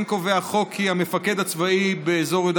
כן קובע החוק כי המפקד הצבאי באזור יהודה